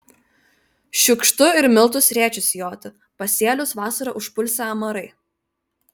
šiukštu ir miltus rėčiu sijoti pasėlius vasarą užpulsią amarai